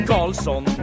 Carlson